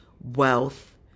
wealth